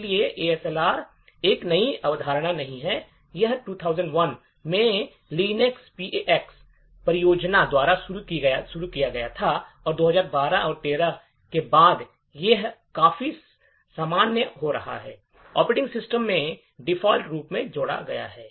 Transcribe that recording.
इसलिए एएसएलआर एक नई अवधारणा नहीं है यह 2001 में लिनक्स पाक्स परियोजना द्वारा शुरू किया गया था और 2012 या 2013 के बाद से यह काफी सामान्य हो रहा है और ऑपरेटिंग सिस्टम में डिफ़ॉल्ट रूप से जोड़ा गया है